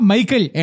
Michael